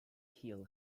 hill